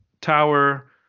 tower